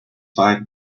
five